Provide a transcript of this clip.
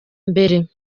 mbere